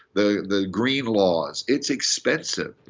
the the green laws, it's expensive.